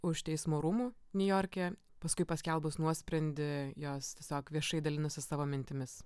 už teismo rūmų niujorke paskui paskelbus nuosprendį jos tiesiog viešai dalinosi savo mintimis